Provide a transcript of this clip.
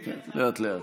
כן, לאט-לאט.